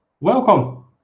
Welcome